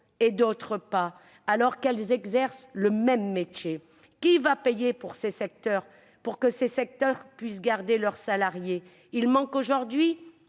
d'autres non, alors qu'elles exercent le même métier. Qui va payer pour que ces secteurs puissent garder leurs salariés ? Il manque aujourd'hui